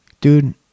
Dude